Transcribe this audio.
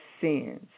sins